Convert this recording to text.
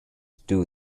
due